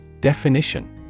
Definition